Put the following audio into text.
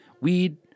weed